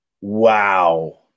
Wow